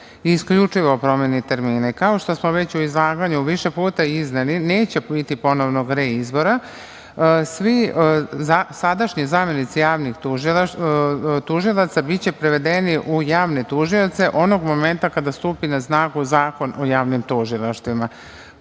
isključivo o promeni termina. Kao što smo već u izlaganju više puta izneli, neće biti ponovnog reizbora. Svi sadašnji zamenici javnih tužilaca biće prevedeni u javne tužioce onog momenta kada stupi na snagu Zakon o javnim tužilaštvima. To